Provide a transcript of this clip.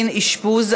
השעיית עובד שירות),